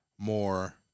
More